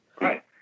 right